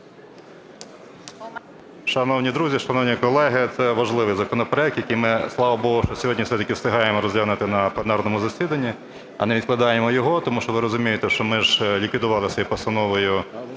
Шановні друзі, шановні колеги, це важливий законопроект, який ми, слава Богу, що сьогодні все-таки встигаємо розглянути на пленарному засіданні, а не відкладаємо його. Тому що ви розумієте, що ми ж ліквідували цією постановою,